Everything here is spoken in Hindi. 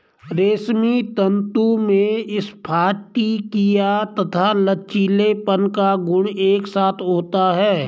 रेशमी तंतु में स्फटिकीय तथा लचीलेपन का गुण एक साथ होता है